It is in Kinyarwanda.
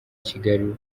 kigali